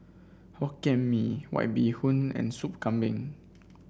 Hokkien Mee White Bee Hoon and Soup Kambing